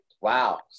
wow